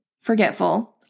forgetful